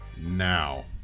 Now